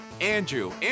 Andrew